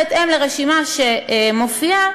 בהתאם לרשימה שמופיעה,